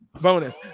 Bonus